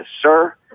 Sir